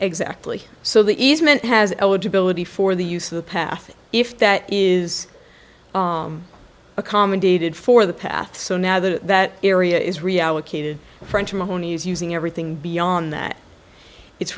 exactly so the easement has eligibility for the use of the path if that is accommodated for the path so now that that area is reallocated french mahoney's using everything beyond that it's